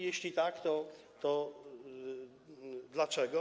Jeśli tak, to dlaczego?